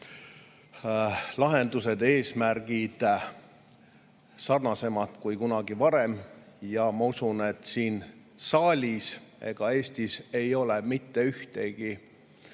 lahendused ja eesmärgid sarnasemad kui kunagi varem. Ma usun, et ei siin saalis ega Eestis pole mitte ühtegi